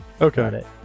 Okay